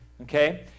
Okay